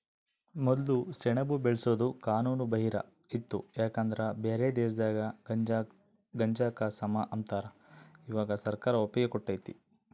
ಮೊದ್ಲು ಸೆಣಬು ಬೆಳ್ಸೋದು ಕಾನೂನು ಬಾಹಿರ ಇತ್ತು ಯಾಕಂದ್ರ ಬ್ಯಾರೆ ದೇಶದಾಗ ಗಾಂಜಾಕ ಸಮ ಅಂಬತಾರ, ಇವಾಗ ಸರ್ಕಾರ ಒಪ್ಪಿಗೆ ಕೊಟ್ಟತೆ